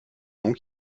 noms